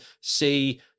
see